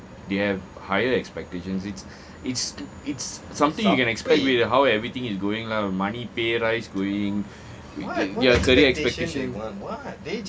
they have higher expectations it's it's it's something you can expect how everything is going lah money pay rise going ya career expectation